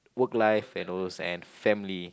work life and those and family